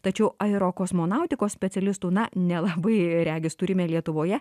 tačiau aerokosmonautikos specialistų na nelabai regis turime lietuvoje